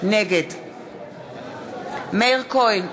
נגד מאיר כהן,